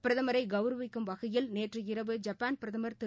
பிரதமரை கௌரவிக்கும் வகையில் நேற்றிரவு ஜப்பான் பிரதமர் திரு